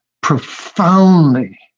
profoundly